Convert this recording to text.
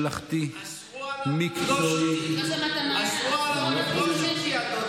ממלכתי, מקצועי, ראוי, אסרו עליו לפגוש אותי.